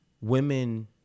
women